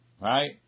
Right